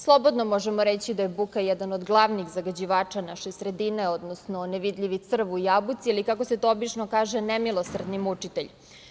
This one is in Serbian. Slobodno možemo reći da je buka jedan od glavnih zagađivača naše sredine, odnosno nevidljivi crv u jabuci ili kako se to obično kaže nemilosrdni mučitelj.